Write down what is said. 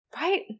right